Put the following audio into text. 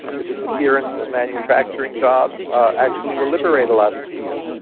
the disappearance of manufacturing jobs actually will liberate a lot of people.